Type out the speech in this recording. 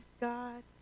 God